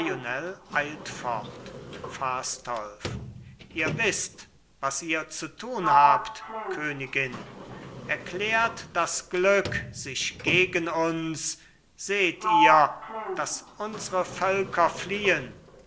fastolf ihr wißt was ihr zu tun habt königin erklärt das glück sich gegen uns seht ihr daß unsre völker fliehen